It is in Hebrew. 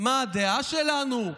מה הדעה שלנו,